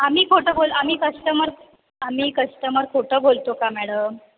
आम्ही खोटं बोल आम्ही कस्टमर आम्ही कस्टमर खोटं बोलतो का मॅडम